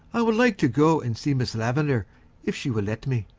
i would like to go and see miss lavendar if she will let me.